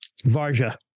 Varja